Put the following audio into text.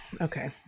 Okay